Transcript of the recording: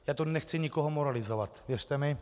Já tu nechci nikoho moralizovat, věřte mi.